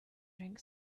drank